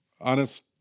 Honest